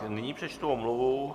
Nyní přečtu omluvu.